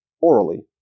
orally